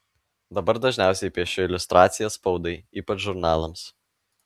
dabar dažniausiai piešiu iliustracijas spaudai ypač žurnalams